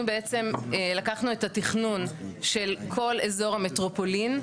אנחנו בעצם לקחנו את התכנון של כל אזור המטרופולין,